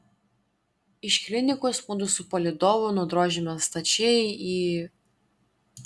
iš klinikos mudu su palydovu nudrožėme stačiai į